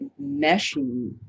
meshing